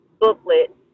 booklet